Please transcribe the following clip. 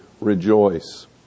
rejoice